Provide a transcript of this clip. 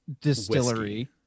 distillery